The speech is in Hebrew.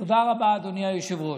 תודה רבה, אדוני היושב-ראש.